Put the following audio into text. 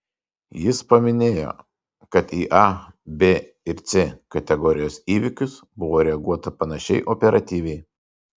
jis paminėjo kad į a b ir c kategorijos įvykius buvo reaguota panašiai operatyviai